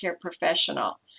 professional